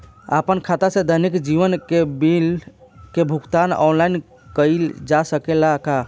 आपन खाता से दैनिक जीवन के बिल के भुगतान आनलाइन कइल जा सकेला का?